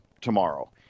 tomorrow